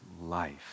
life